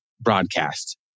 broadcast